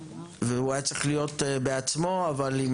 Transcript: והוא היה צריך להיות בעצמו אבל עם